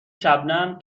شبنم